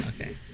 Okay